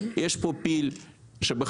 יש פה פיל שבחדר,